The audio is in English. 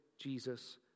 Jesus